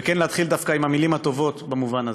וכן להתחיל דווקא עם המילים הטובות במובן הזה.